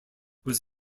was